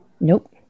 Nope